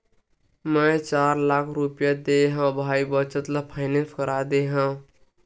मै चार लाख रुपया देय हव भाई बचत ल फायनेंस करा दे हँव